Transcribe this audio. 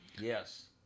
Yes